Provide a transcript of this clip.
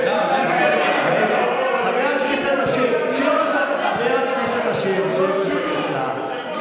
חבר הכנסת אשר, שב, בבקשה.